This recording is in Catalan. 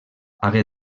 hagué